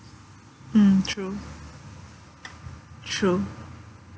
mm true true